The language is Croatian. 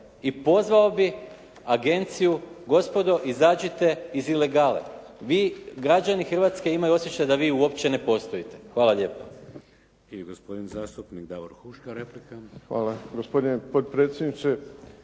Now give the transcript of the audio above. i pozvao bih agenciju gospodo izađite iz ilegale. Vi, građani Hrvatske imaju osjećaj da vi uopće ne postojite. Hvala lijepa. **Šeks, Vladimir (HDZ)** I gospodin zastupnik Davor Huška. Replika. **Huška, Davor (HDZ)** Hvala. Gospodine potpredsjedniče,